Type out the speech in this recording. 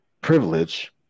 privilege